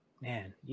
man